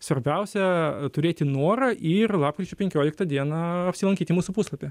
svarbiausia turėti norą ir lapkričio penkioliktą dieną apsilankyti mūsų puslapyje